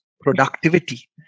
productivity